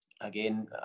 again